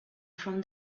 from